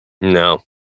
No